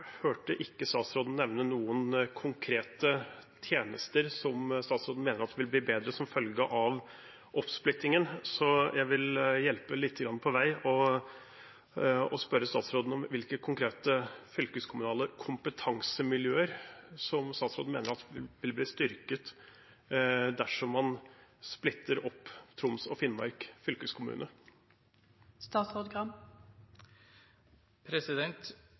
hørte ikke statsråden nevne noen konkrete tjenester som han mener vil bli bedre som følge av oppsplittingen, så jeg vil hjelpe statsråden lite grann på vei og spørre: Hvilke konkrete fylkeskommunale kompetansemiljøer mener statsråden vil bli styrket dersom man splitter opp Troms og Finnmark